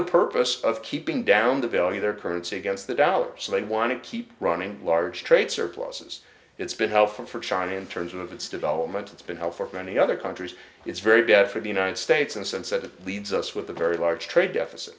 the purpose of keeping down the value their currency against the dollar so they want to keep running large trade surpluses it's been hell for china in terms of its development it's been hell for many other countries it's very deaf or the united states and since that leaves us with a very large trade deficit